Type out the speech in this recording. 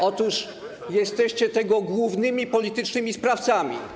Otóż jesteście tego głównymi politycznymi sprawcami.